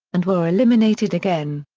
and were eliminated again.